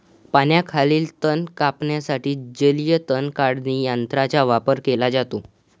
पाण्याखालील तण कापण्यासाठी जलीय तण काढणी यंत्राचा वापर केला जातो